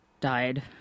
died